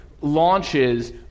launches